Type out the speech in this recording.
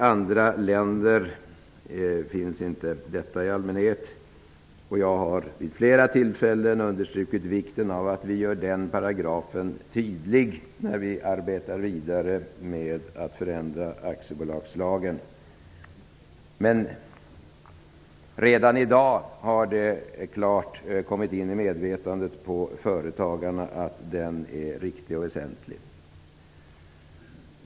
Andra länder har i allmänhet inte det. Jag har vid flera tillfällen understrukit vikten av att vi gör den paragrafen tydlig i det vidare arbetet att förändra aktiebolagslagen. Men redan i dag har det klart kommit in i företagarnas medvetande att den paragrafen är riktig och väsentlig.